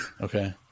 Okay